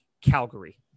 Calgary